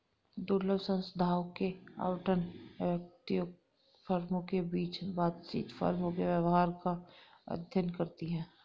दुर्लभ संसाधनों के आवंटन, व्यक्तियों, फर्मों के बीच बातचीत, फर्मों के व्यवहार का अध्ययन करती है